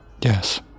Yes